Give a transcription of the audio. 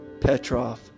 Petrov